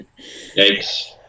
Yikes